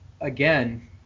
again